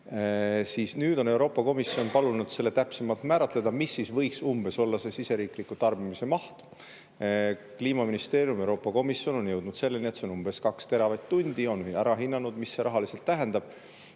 kinni. Nüüd on Euroopa Komisjon palunud täpsemalt määratleda, mis võiks olla siseriikliku tarbimise maht. Kliimaministeerium ja Euroopa Komisjon on jõudnud selleni, et see on umbes kaks teravatt-tundi, ja on ära hinnanud, mida see rahaliselt tähendab.